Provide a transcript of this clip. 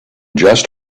just